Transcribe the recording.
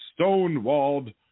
stonewalled